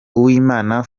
uwimana